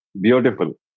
Beautiful